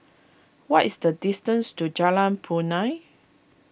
what is the distance to Jalan Punai